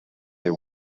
they